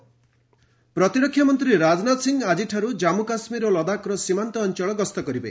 ରାଜନାଥ ସିଂହ ପ୍ରତୀରକ୍ଷା ମନ୍ତ୍ରୀ ରାଜନାଥ ସିଂହ ଆଜିଠାରୁ ଜାନ୍ଧୁ କାଶ୍ମୀର ଓ ଲଦାଖର ସୀମାନ୍ତ ଅଞ୍ଚଳ ଗସ୍ତ କରିବେ